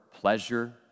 pleasure